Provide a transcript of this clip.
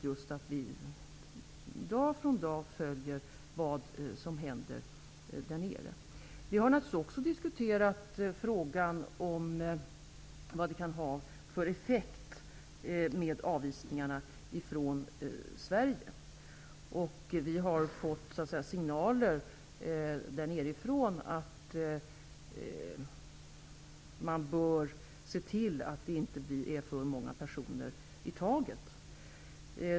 Just att vi dag från dag följer vad som händer där nere är väldigt viktigt. Vi har naturligtvis också diskuterat frågan om vad det kan bli för effekt av avvisningarna från Sverige. Vi har fått signaler där nerifrån om att vi bör se till att det inte blir för många personer i taget.